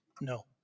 No